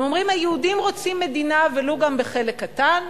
הם אומרים: היהודים רוצים מדינה ולו גם בחלק קטן,